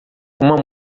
uma